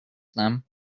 them